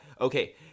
okay